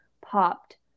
popped